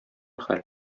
хәл